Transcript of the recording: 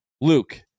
Luke